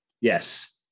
Yes